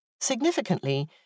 Significantly